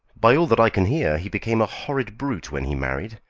by all that i can hear he became a horrid brute when he married,